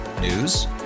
News